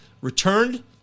returned